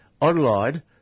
online